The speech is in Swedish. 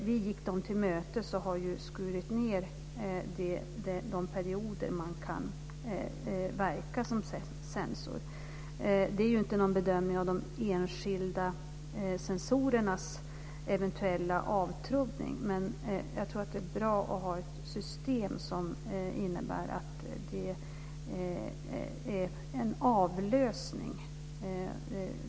Vi gick dem till mötes och har skurit ned den period som man kan verka som censor. Det är inte någon bedömning av de enskilda censorernas eventuella avtrubbning. Jag tror att det är bra att ha ett system som innebär en avlösning.